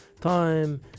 time